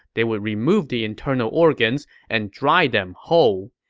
they would remove the internal organs and dry them whole.